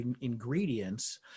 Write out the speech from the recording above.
ingredients